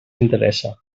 interessa